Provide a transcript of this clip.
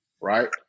right